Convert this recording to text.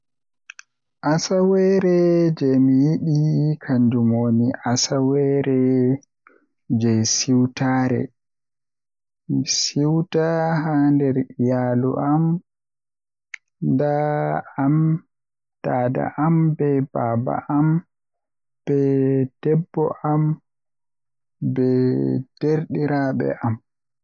Asaweere jei mi yidi kanjum woni asaweere jei siwtaare mi siwtaa haa nder iyaalu am daa am be baaba am be debbo am be derdiraabe am.